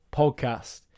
podcast